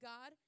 God